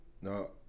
No